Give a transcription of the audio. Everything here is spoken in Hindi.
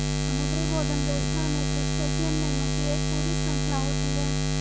समुद्री भोजन रेस्तरां में क्रस्टेशियन मेनू की एक पूरी श्रृंखला होती है